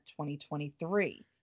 2023